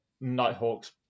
Nighthawks